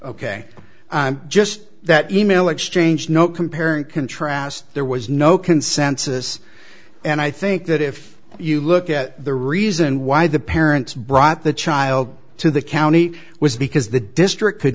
ok just that email exchange no compare and contrast there was no consensus and i think that if you look at the reason why the parents brought the child to the county was because the district could